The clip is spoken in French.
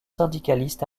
syndicalistes